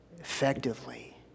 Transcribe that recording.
effectively